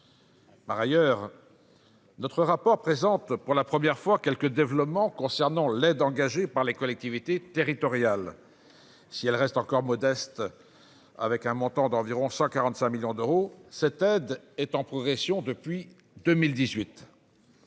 Par ailleurs, notre rapport présente pour la première fois quelques développements sur l'aide engagée par les collectivités territoriales. Si elle reste encore modeste, avec un montant d'environ 145 millions d'euros, cette aide est en progression depuis 2018.